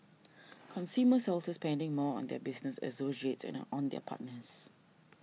consumers are also spending more on their business associates and on their partners